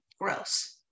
Gross